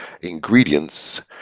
ingredients